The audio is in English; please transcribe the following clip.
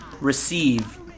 receive